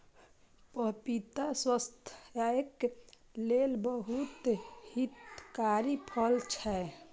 पपीता स्वास्थ्यक लेल बहुत हितकारी फल छै